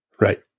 Right